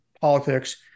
politics